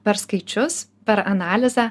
per skaičius per analizę